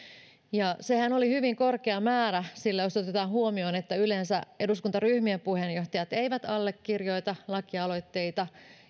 sehän oli hyvin korkea määrä sillä jos otetaan huomioon että yleensä eduskuntaryhmien puheenjohtajat eivät allekirjoita lakialoitteita